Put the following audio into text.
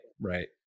Right